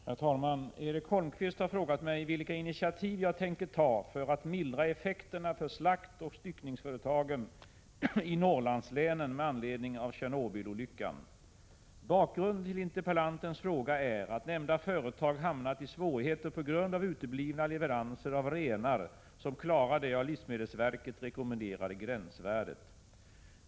Herr talman! Erik Holmkvist har frågat mig vilka initiativ jag tänker ta för att mildra effekterna för slaktoch styckningsföretagen i Norrlandslänen med anledning av Tjernobylolyckan. Bakgrunden till interpellantens fråga är att nämnda företag hamnat i svårigheter på grund av uteblivna leveranser av renar som klarar det av livsmedelsverket rekommenderade gränsvärdet.